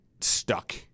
stuck